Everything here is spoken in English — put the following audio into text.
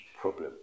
problem